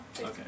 Okay